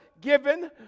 given